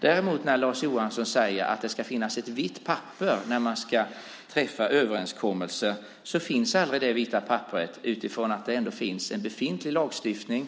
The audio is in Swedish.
fram. Lars Johansson säger att det ska finnas ett vitt papper när man ska träffa överenskommelser. Det vita papperet finns aldrig, eftersom det finns en befintlig lagstiftning.